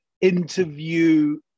interview